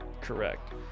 correct